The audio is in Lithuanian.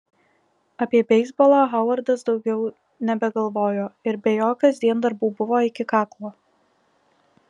apie beisbolą hovardas daugiau nebegalvojo ir be jo kasdien darbų buvo iki kaklo